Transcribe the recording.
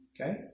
Okay